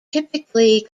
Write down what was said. typically